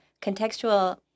contextual